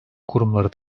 kurumları